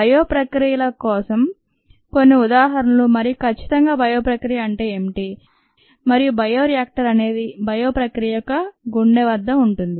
bio ప్రక్రియల యొక్క కొన్ని ఉదాహరణలు మరియు ఖచ్చితంగా బయో ప్రక్రియ అంటే ఏమిటి మరియు బయో రియాక్టర్ అనేది బయో ప్రక్రియ యొక్క గుండెవద్ద ఉంటుంది